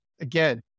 again